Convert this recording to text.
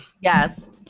yes